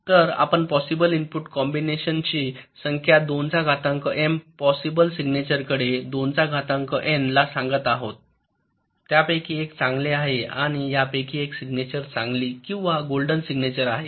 तर आपण possible input कॉम्बिनेशनची संख्या 2 चा घातांक एम पॉसिबल सिग्नेचरकडे२चा घातांक एन ला सांगत आहोत त्यापैकी एक चांगले आहे आणि यापैकी एक सिग्नेचर चांगली किंवा गोल्डन सिग्नेचर आहे